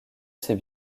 ses